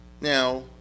Now